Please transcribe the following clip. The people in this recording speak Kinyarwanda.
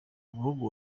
umuhungu